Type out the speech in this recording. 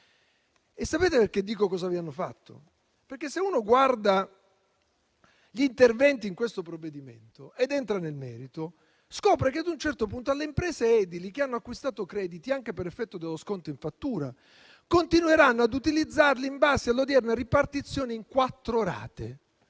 Sapete perché chiedo cosa vi hanno fatto? Perché, se uno guarda gli interventi in questo provvedimento ed entra nel merito, scopre che ad un certo punto le imprese edili che hanno acquistato crediti anche per effetto dello sconto in fattura continueranno ad utilizzarli in base all'odierna ripartizione in quattro rate.